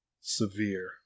Severe